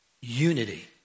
Unity